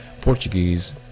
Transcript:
Portuguese